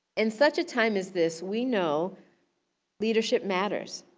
in such a time as this, we know leadership matters.